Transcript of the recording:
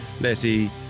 Letty